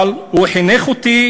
אבל הוא חינך אותי